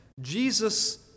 Jesus